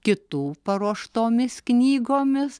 kitų paruoštomis knygomis